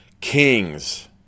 Kings